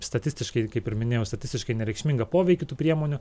statistiškai kaip ir minėjau statistiškai nereikšmingą poveikį tų priemonių